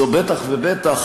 זו בטח ובטח,